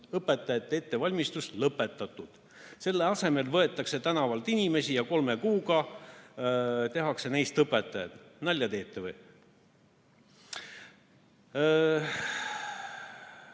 õpetajate ettevalmistus lõpetatud. Selle asemel võetakse tänavalt inimesi ja kolme kuuga tehakse neist õpetajad. Nalja teete või?